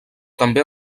també